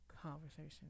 conversation